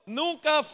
nunca